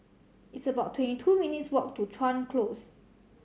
it's about twenty two minutes' walk to Chuan Close